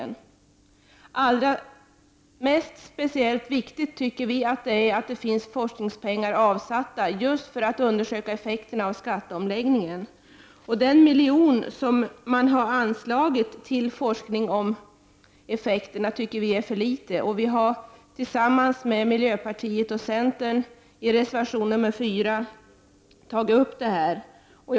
Vi tycker att det är alldeles speciellt viktigt att det finns forskningspengar avsatta just för att undersöka effekterna av skatteomläggningen. Den miljon som man har anslagit till forskning om effekterna tycker vi är ett för litet belopp. Vi har tillsammans med miljöpartiet och centern tagit upp denna fråga i reservation 4.